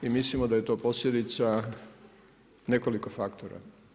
I mislimo da je to posljedica nekoliko faktora.